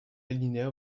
l’alinéa